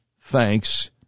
Thanks